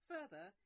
Further